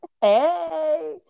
Hey